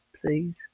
please